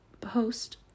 post